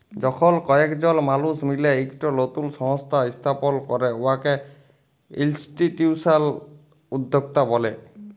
যখল কয়েকজল মালুস মিলে ইকট লতুল সংস্থা ইস্থাপল ক্যরে উয়াকে ইলস্টিটিউশলাল উদ্যক্তা ব্যলে